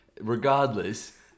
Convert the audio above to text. Regardless